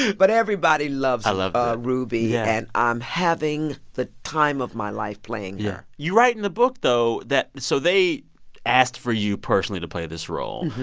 but everybody loves loves ah ruby, yeah and i'm having the time of my life playing her yeah. you write in the book, though, that so they asked for you personally to play this role.